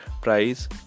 price